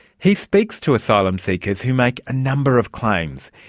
he speaks to asylum seekers who make a number of claims,